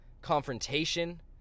confrontation